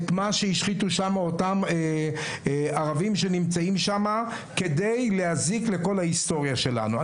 את מה שהשחיתו שם אותם ערבים שנמצאים שם כדי להזיק לכל ההיסטוריה שלנו.